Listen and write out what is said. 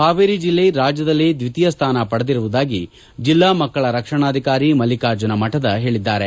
ಹಾವೇರಿ ಜಿಲ್ಲೆ ರಾಜ್ಯದಲ್ಲಿ ದ್ವಿತೀಯ ಸ್ಥಾನ ಪಡೆದಿರುವುದಾಗಿ ಜಿಲ್ಲಾ ಮಕ್ಕಳ ರಕ್ಷಣಾಧಿಕಾರಿ ಮಲ್ಲಿಕಾರ್ಜುನ ಮಠದ ಹೇಳಿದ್ದಾರೆ